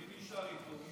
מי נשאר איתו?